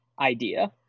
idea